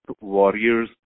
warriors